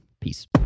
Peace